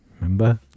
Remember